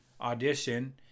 Audition